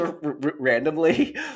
randomly